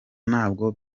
nabwo